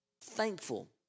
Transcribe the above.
thankful